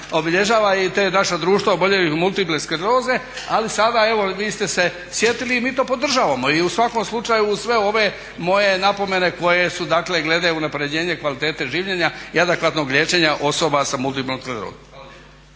26.obilježava i to je naše Društvo oboljelih od multiple skleroze. Ali sada evo vi ste se sjetili i mi to podržavamo i u svakom slučaju sve ove moje napomene koje su glede unapređenja kvaliteta življenja i adekvatnog liječenja osoba s multiplom sklerozom.